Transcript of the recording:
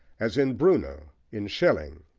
as in bruno, in schelling,